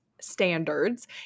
standards